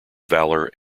valour